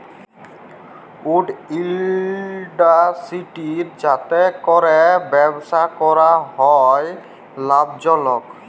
would industry যাতে ক্যরে ব্যবসা ক্যরা হ্যয় লাভজলক